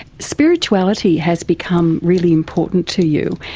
spirituality has become really important to you.